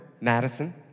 Madison